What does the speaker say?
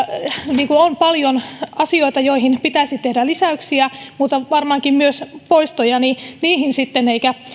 on paljon asioita joihin pitäisi tehdä lisäyksiä mutta varmaankin myös poistoja niin niihin sitten pitäisi keskittyä